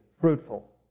fruitful